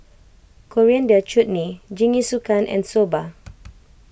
Coriander Chutney Jingisukan and Soba